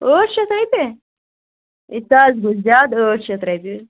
ٲٹھ شیٚتھ رۄپیہ یہِ سُہ حظ گوٚو زیادٕ ٲٹھ شیٚتھ رۄپیہ